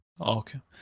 Okay